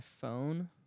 phone